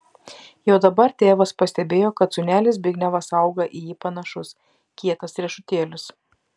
jau dabar tėvas pastebėjo kad sūnelis zbignevas auga į jį panašus kietas riešutėlis